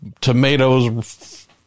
tomatoes